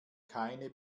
keine